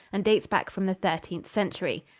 and dates back from the thirteenth century.